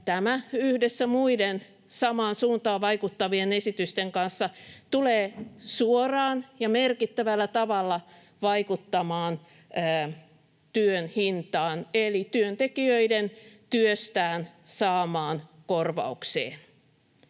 tämä yhdessä muiden samaan suuntaan vaikuttavien esitysten kanssa tulee suoraan ja merkittävällä tavalla vaikuttamaan työn hintaan eli työntekijöiden työstään saamaan korvaukseen.